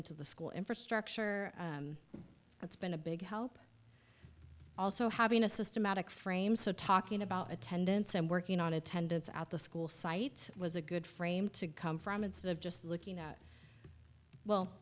into the school infrastructure that's been a big help also having a systematic frame so talking about attendance and working on attendance at the school site was a good frame to come from instead of just looking at well